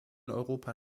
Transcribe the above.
europa